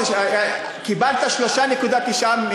קיבלת 3.9,